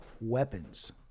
weapons